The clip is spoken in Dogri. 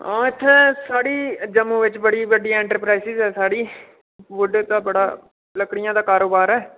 हां इत्थै साढ़ी जम्मू बिच्च बड़ी बड्डी इंटरप्राइजेज साढ़ी वुड दा बड़ा लकड़ियां दा कारोबार ऐ